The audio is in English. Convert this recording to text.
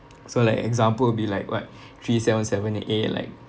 so like example will be like what three seven seven A and like